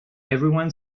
everyone